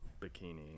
bikini